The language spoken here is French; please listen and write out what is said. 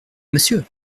monsieur